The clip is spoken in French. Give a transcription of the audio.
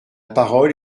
parole